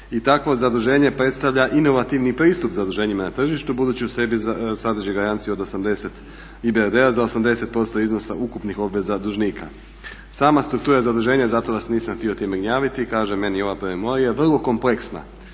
i takvo zaduženje predstavlja inovativni pristup zaduženjima na tržištu budući u sebi sadrži garanciju od 80 EBRD-a za 80% iznosa ukupnih obveza dužnika. Sama struktura zaduženja, zato vas nisam htio time gnjaviti, kažem meni je ova …/Govornik